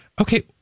okay